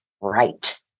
right